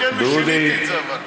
אמרתי כן, ושיניתי את זה, אבל.